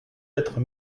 être